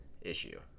issue